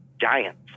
Giants